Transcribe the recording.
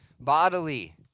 bodily